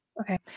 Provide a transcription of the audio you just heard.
Okay